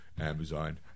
Amazon